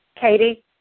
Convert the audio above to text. Katie